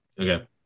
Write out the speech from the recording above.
okay